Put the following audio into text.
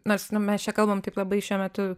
nors mes čia kalbam taip labai šiuo metu